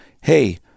hey